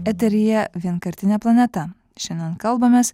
eteryje vienkartinė planeta šiandien kalbamės